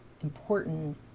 important